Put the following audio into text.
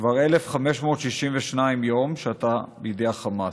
כבר 1,562 יום" אתה בידי החמאס.